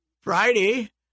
Friday